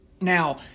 Now